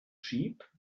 sheep